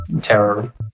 terror